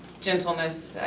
gentleness